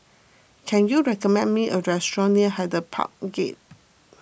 can you recommend me a restaurant near Hyde Park Gate